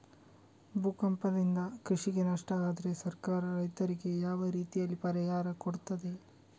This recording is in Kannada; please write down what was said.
ಭೂಕಂಪದಿಂದ ಕೃಷಿಗೆ ನಷ್ಟ ಆದ್ರೆ ಸರ್ಕಾರ ರೈತರಿಗೆ ಯಾವ ರೀತಿಯಲ್ಲಿ ಪರಿಹಾರ ಕೊಡ್ತದೆ?